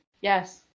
Yes